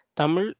Tamil